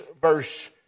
verse